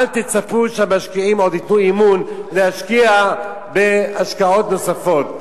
אל תצפו שהמשקיעים ייתנו עוד אמון להשקיע בהשקעות נוספות.